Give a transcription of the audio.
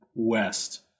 West